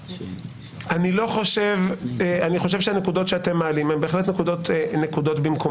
אני חושב שהנקודות שאתם מעלים הן בהחלט נקודות במקומן,